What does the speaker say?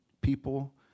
people